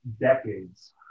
decades